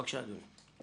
בבקשה, אדוני.